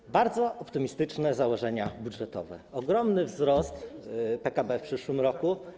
Mamy bardzo optymistyczne założenia budżetowe - ogromny wzrost PKB w przyszłym roku.